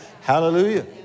Hallelujah